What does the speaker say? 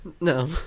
No